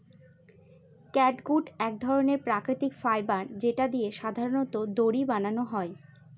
catgut এক ধরনের প্রাকৃতিক ফাইবার যেটা দিয়ে সাধারনত দড়ি বানানো হয়